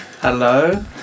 Hello